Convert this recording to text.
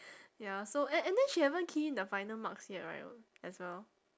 ya so and and then she haven't key in the final marks yet right as well